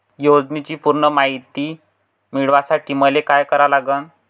योजनेची पूर्ण मायती मिळवासाठी मले का करावं लागन?